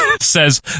says